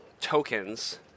tokens